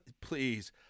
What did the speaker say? please